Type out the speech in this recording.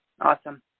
Awesome